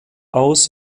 aus